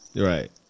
Right